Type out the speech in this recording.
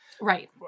right